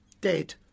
dead